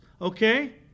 okay